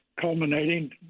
culminating